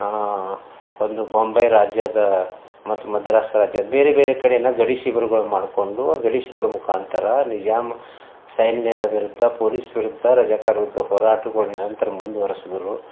ಆ ಒಂದು ಬಾಂಬೆ ರಾಜ್ಯದ ಮತ್ತು ಮದ್ರಾಸ್ ರಾಜ್ಯದ ಬೇರೆ ಬೇರೆ ಕಡೆಯನ್ನು ಗಡಿ ಶಿಬಿರಗಳ್ ಮಾಡಿಕೊಂಡು ಗಡಿ ಶಿಬಿರ್ ಮುಖಾಂತರ ನಿಜಾಮ್ ಸೈನ್ಯದ ವಿರುದ್ಧ ಪೋಲಿಸ್ ವಿರುದ್ಧ ರಜಾಕಾರ್ ವಿರುದ್ಧ ಹೋರಾಟ್ಗಳ್ ನಿರಂತರ ಮುಂದುವರೆಸಿದ್ರು